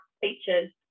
features